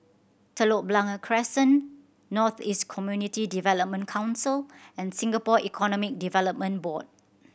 Telok Blangah Crescent North East Community Development Council and Singapore Economic Development Board